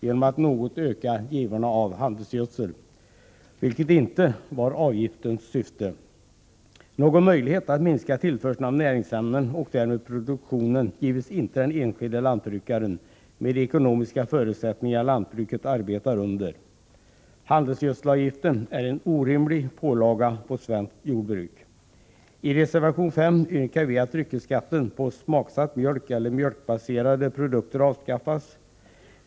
Det innebär ökade givor av handelsgödsel, vilket inte var syftet med avgiften. Någon möjlighet att minska tillförseln av näringsämnen med minskad produktion som följd gives inte den enskilde lantbrukaren på grund av de ekonomiska förutsättningar lantbruket arbetar under. Handelsgödselavgiften är en orimlig pålaga för svenskt jordbruk. I reservation 5 yrkar vi att dryckesskatten på smaksatt mjölk och mjölkbaserade produkter avskaffas.